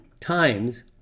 times